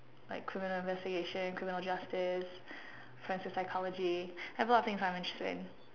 like criminal investigation criminal justice friends in psychology I have a lot of things I'm interested in